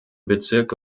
bezirke